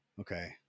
Okay